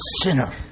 sinner